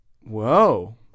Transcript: Whoa